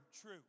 true